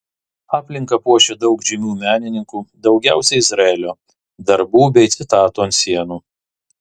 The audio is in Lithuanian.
aplinką puošia daug žymių menininkų daugiausiai izraelio darbų bei citatų ant sienų